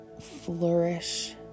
flourish